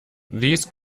these